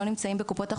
לא בקופות החולים,